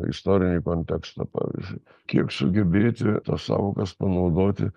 istorinį kontekstą pavyzdžiui kiek sugėti tas sąvokas panaudoti